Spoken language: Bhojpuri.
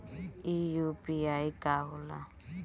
ई यू.पी.आई का होला?